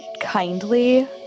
kindly